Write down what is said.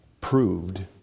proved